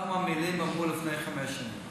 אותן המילים אמרו לפני חמש שנים.